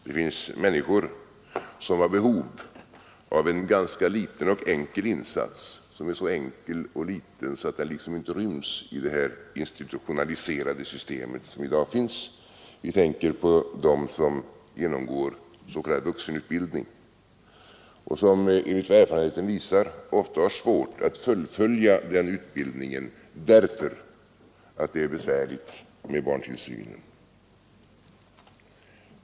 Det finns människor som har behov av en ganska liten och enkel insats — den är så enkel och liten att den liksom inte ryms i det institutionaliserade system som i dag tillämpas. Vi tänker på dem som genomgår s.k. vuxenutbildning och som enligt vad erfarenheten visar ofta har svårt att fullfölja den utbildningen därför att det är besvärligt med barntillsynen.